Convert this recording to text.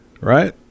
right